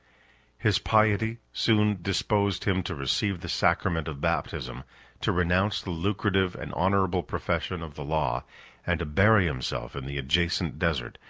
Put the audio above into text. his piety soon disposed him to receive the sacrament of baptism to renounce the lucrative and honorable profession of the law and to bury himself in the adjacent desert,